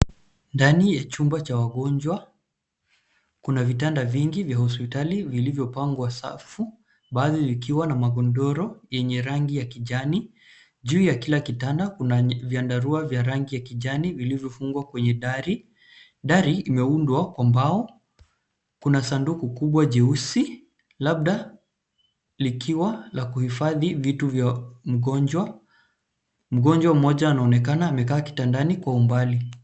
Ndani ya chumba cha wagonjwa. Kuna vitanda vingi vya hospitali vilivyopangwa safu, baadhi zikiwa na magodoro yenye rangi ya kijani. Juu ya kila kitanda kuna vyandarua vya rangi ya kijani vilivyofungwa kwenye dari. Dari imeundwa kwa mbao. Kuna sanduku kubwa jeusi, labda likiwa la kuhifadhi vitu vya mgonjwa. Mgonjwa mmoja anaonekana amekaa kitandani kwa umbali.